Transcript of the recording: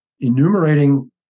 enumerating